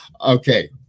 okay